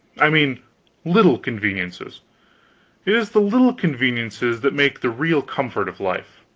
i mean little conveniences it is the little conveniences that make the real comfort of life.